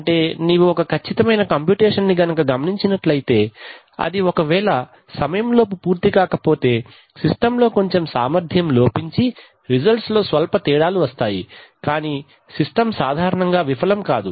అంటే నీవు ఒక ఖచ్చితమైన కంప్యూటేషన్ ని గమనించినట్లైతే అది ఒకవేళ సమయం లోపు పూర్తి కాకపోతే సిస్టమ్ లో కొంచెం సామర్ధ్యం లోపించి రిజల్ట్ లో స్వల్ప తేడాలు వస్తాయి కానీ సిస్టమ్ సాధారణముగా విఫలం కాదు